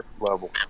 level